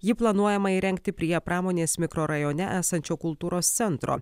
jį planuojama įrengti prie pramonės mikrorajone esančio kultūros centro